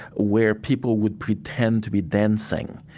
where people would pretend to be dancing,